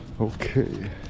Okay